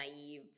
naive